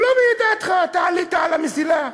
שלא בידיעתך אתה עלית על המסילה.